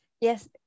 Yes